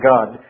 God